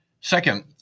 Second